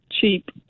cheap –